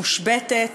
מושבתת,